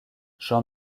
jean